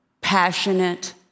passionate